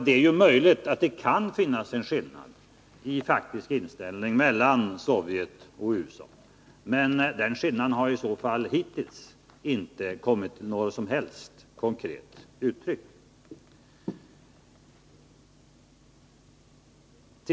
Det är möjligt att det finns en faktisk skillnad i inställning mellan Sovjet och USA, men den skillnaden har i så fall hittills inte kommit till något som helst konkret uttryck.